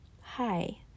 hi